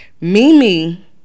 Mimi